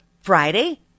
Friday